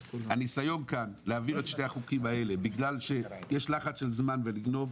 הניסיון להעביר כאן את שתי הצעות החוק הללו בגלל שיש לחץ של זמן ולגנוב,